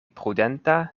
prudenta